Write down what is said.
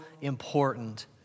important